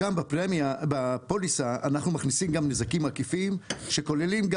שם בפוליסה אנחנו מכניסים גם נזקים עקיפים שכוללים גם